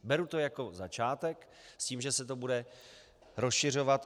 Beru to jako začátek s tím, že se to bude rozšiřovat.